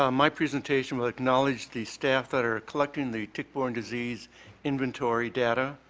um my presentation will acknowledge the staff that are collecting the tick-borne disease inventory data.